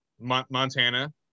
Montana